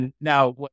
Now